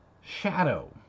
shadow